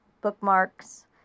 bookmarks